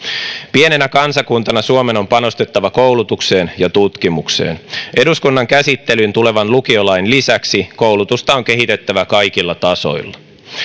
pienenä kansakuntana suomen on panostettava koulutukseen ja tutkimukseen eduskunnan käsittelyyn tulevan lukiolain lisäksi koulutusta on kehitettävä kaikilla tasoilla